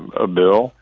a bill